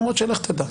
למרות שלך תדע.